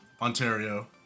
Ontario